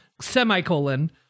Semicolon